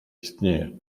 istnieje